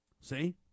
See